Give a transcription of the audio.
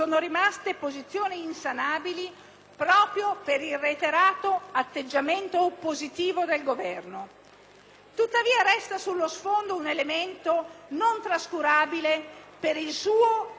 tuttavia sullo sfondo un elemento non trascurabile per il suo inesorabile ed ininterrotto ripetersi: l'assenza del Ministro dell'ambiente e della tutela del territorio e del mare,